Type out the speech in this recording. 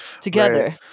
together